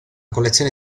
collezione